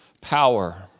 power